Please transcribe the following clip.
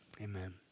amen